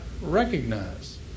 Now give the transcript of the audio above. recognize